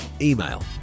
email